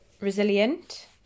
Resilient